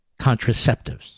contraceptives